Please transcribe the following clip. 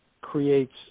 creates